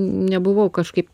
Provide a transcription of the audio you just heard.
nebuvau kažkaip